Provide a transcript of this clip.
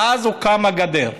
ואז הוקמה הגדר.